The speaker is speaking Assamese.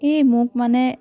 এই মোক মানে